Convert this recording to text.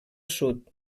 sud